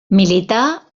milità